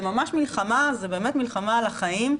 זה ממש מלחמה, זו באמת מלחמה על החיים.